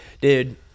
dude